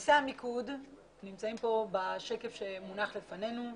נושא המיקוד נמצאים כאן בשקף שמונח לפנינו,